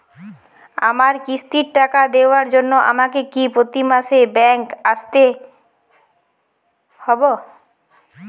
আমার কিস্তির টাকা দেওয়ার জন্য আমাকে কি প্রতি মাসে ব্যাংক আসতে হব?